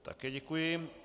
Také děkuji.